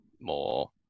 more